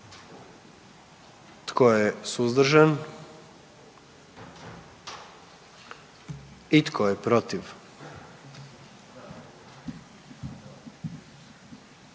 Tko je suzdržan? I tko je protiv?